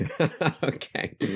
Okay